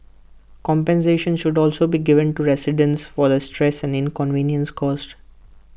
compensation should also be given to residents for the stress and inconvenience caused